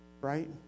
Right